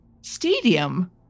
stadium